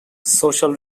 social